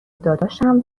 داداشم